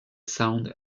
sound